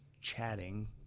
chatting